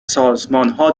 سازمانها